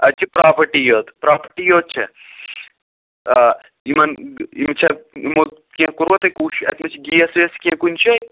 اَتہِ چھِ پرٛاپرٹی یوٚت پرٛاپَرٹی یوٚت چھا آ یِمَن یِم چھا یِمو کیٚنٛہہ کوٚروا تۄہہِ کوٗشِش اَتہِ ما چھِ گیس ویس کیٚنٛہہ کُنہِ شایہِ